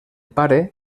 pare